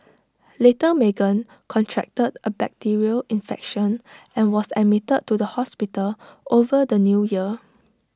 little Meagan contracted A bacterial infection and was admitted to the hospital over the New Year